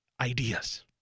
ideas